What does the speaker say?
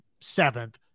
seventh